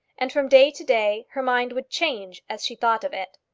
and from day to day her mind would change as she thought of it.